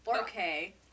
Okay